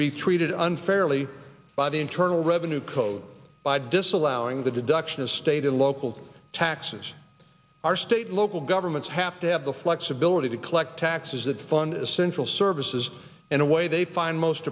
be treated unfairly by the internal revenue code by disallowing the deduction of state and local taxes our state local governments have to have the flexibility to collect taxes that fund essential services in a way they find most